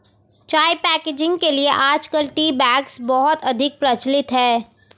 चाय पैकेजिंग के लिए आजकल टी बैग्स बहुत अधिक प्रचलित है